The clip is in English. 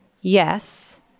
yes